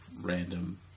random